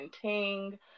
ting